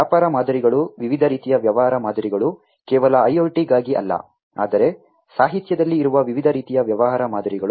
ವ್ಯಾಪಾರ ಮಾದರಿಗಳು ವಿವಿಧ ರೀತಿಯ ವ್ಯವಹಾರ ಮಾದರಿಗಳು ಕೇವಲ IoT ಗಾಗಿ ಅಲ್ಲ ಆದರೆ ಸಾಹಿತ್ಯದಲ್ಲಿ ಇರುವ ವಿವಿಧ ರೀತಿಯ ವ್ಯವಹಾರ ಮಾದರಿಗಳು